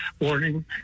warning